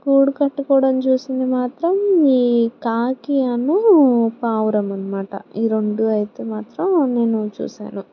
గూడు కట్టుకోవడం చూసింది మాత్రం ఈ కాకి అను పావురం అన్నామాట ఈ రెండు అయితే మాత్రం నేను చూసాను